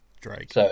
Drake